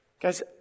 Guys